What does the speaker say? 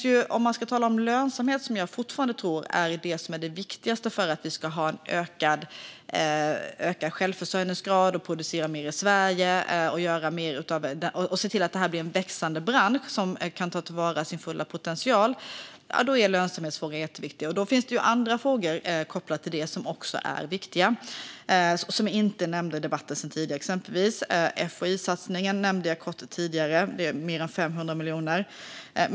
Jag tror fortfarande att lönsamhet är det viktigaste för vi ska få ökad självförsörjningsgrad, för att det ska produceras mer i Sverige och för att se till att det blir en växande bransch som kan ta till vara sin fulla potential. Det finns andra frågor kopplat till det som också är viktiga och som inte har nämnts tidigare i debatten. Jag nämnde kort FOI-satsningen på mer än 500 miljoner tidigare.